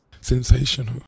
Sensational